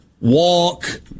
walk